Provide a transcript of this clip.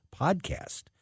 podcast